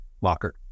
locker